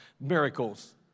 miracles